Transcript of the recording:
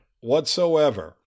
whatsoever